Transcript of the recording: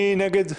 מי נגד?